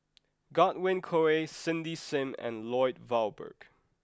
Godwin Koay Cindy Sim and Lloyd Valberg